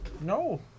no